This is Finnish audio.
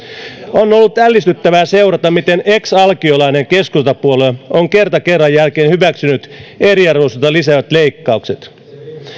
on ollut ällistyttävää seurata miten ex alkiolainen keskustapuolue on kerta kerran jälkeen hyväksynyt eriarvoisuutta lisäävät leikkaukset